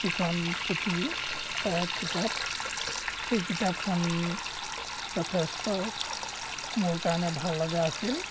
যিখন পুথি বা কিতাপ সেই কিতাপখন যথেষ্ট মোৰ কাৰণে ভাল লগা আছিল